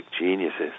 geniuses